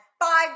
five